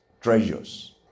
Treasures